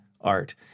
art